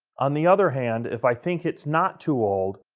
on the other hand, if i think it's not too old,